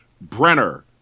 Brenner